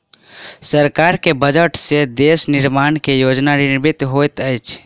सरकार के बजट से देश निर्माण के योजना निर्मित होइत अछि